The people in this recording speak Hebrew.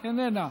איננה,